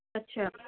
ਅੱਛਾ